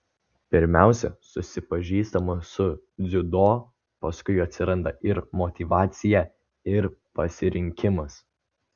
pirmiausia susipažįstama su dziudo paskui atsiranda ir motyvacija ir pasirinkimas